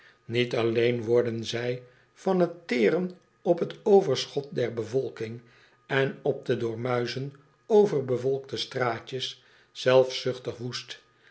niet alleen worden zij van t teren op t overschot der bevolking en op de door muizen overbevolkte straatjes zelfzuchtig woest